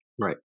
Right